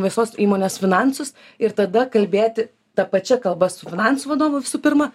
visos įmonės finansus ir tada kalbėti ta pačia kalba su finansų vadovu visų pirma